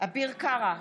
אביר קארה,